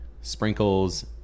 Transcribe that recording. sprinkles